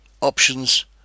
Options